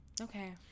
Okay